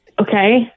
Okay